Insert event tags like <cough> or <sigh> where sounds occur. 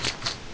<noise>